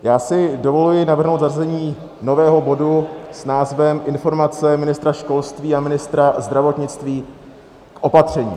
Já si dovoluji navrhnout zařazení nového bodu s názvem informace ministra školství a ministra zdravotnictví k opatřením.